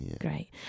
great